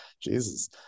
Jesus